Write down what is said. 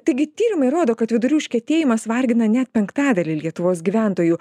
taigi tyrimai rodo kad vidurių užkietėjimas vargina net penktadalį lietuvos gyventojų